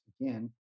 again